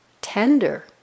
tender